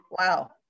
wow